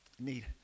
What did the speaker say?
need